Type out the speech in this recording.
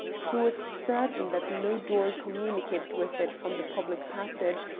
he was certain that no door communicated with it from the public passage,